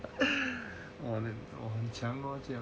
很强